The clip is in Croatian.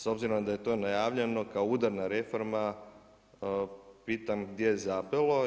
S obzirom da je to najavljeno kao udarna reforma, pitam gdje je zapelo.